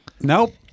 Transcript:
nope